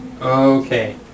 Okay